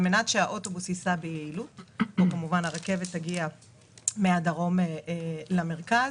כדי שהרכבת תגיע מהדרום למרכז,